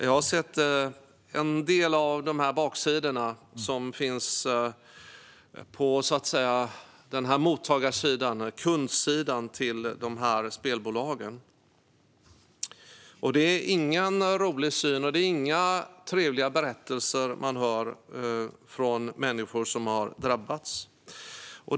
Jag har sett en del av de baksidor som finns på spelbolagens mottagarsida eller kundsida. Det är ingen rolig syn och det är inga trevliga berättelser man hör från människor som har drabbats.